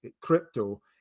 crypto